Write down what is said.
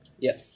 Yes